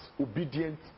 obedient